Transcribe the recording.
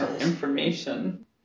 Information